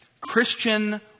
Christian